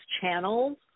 channels